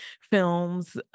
films